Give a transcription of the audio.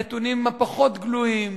הנתונים הפחות גלויים,